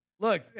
Look